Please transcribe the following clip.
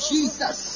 Jesus